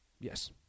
Yes